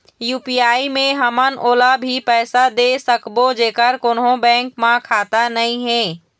UPI मे हमन ओला भी पैसा दे सकबो जेकर कोन्हो बैंक म खाता नई हे?